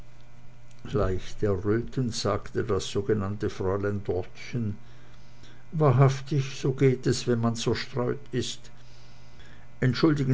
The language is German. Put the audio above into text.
leicht errötend sagte das sogenannte fräulein dortchen wahrhaftig so geht es wenn man zerstreut ist entschuldigen